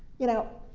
you know,